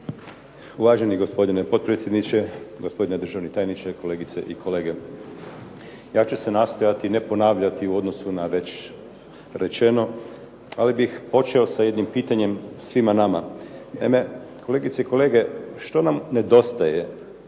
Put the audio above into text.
Uvaženi gospodine potpredsjedniče, gospodine državni tajniče, kolegice i kolege. Ja ću se nastojati ne ponavljati u odnosu na već rečeno, ali bih počeo sa jednim pitanjem svima nama. Naime, kolegice i kolege što nam nedostaje